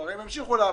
הרי הם המשיכו לעבוד,